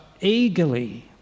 eagerly